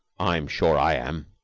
i'm sure i am.